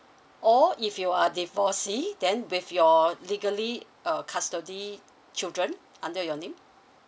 or if you are the then with your legally uh custody children under your name